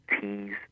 teas